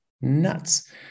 nuts